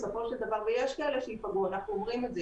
יש כאלה שייפגעו, אנחנו אומרים את זה.